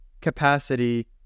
capacity